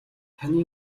таны